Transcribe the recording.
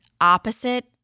opposite